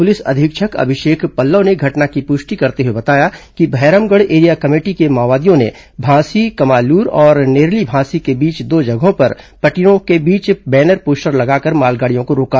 police अधीक्षक अभिषेक पल्लव ने घटना की पुष्टि करते हुए बताया कि भैरमगढ़ एरिया कमेटी के माओवादियों ने भांसी कमालूर और नेरली भांसी के बीच दो जगहों पर पटरियों के बीच बैनर पोस्टर लगाकर मालगाड़ियों को रोका